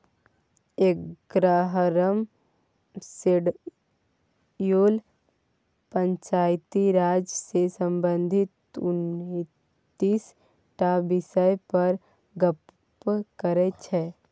एगारहम शेड्यूल पंचायती राज सँ संबंधित उनतीस टा बिषय पर गप्प करै छै